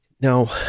Now